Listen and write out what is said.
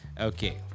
Okay